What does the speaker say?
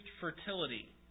fertility